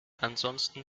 ansonsten